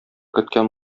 көткән